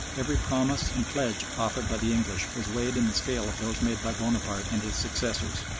every promise and pledge offered by the english was weighed in the scale of those made by bonaparte and his successors.